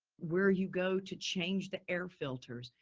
where you go to change the air filters.